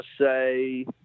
say